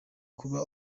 kuba